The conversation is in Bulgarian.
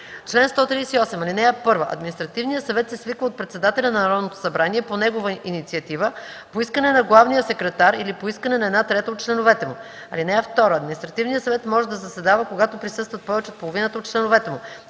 Чл. 138. (1) Административният съвет се свиква от председателя на Народното събрание по негова инициатива, по искане на главния секретар или по искане на една трета от членовете му. (2) Административният съвет може да заседава, когато присъстват повече от половината от членовете му.